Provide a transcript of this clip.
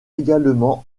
également